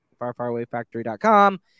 FarFarAwayFactory.com